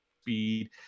speed